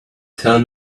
tell